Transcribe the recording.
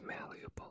malleable